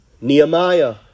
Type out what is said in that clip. Nehemiah